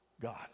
God